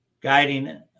guiding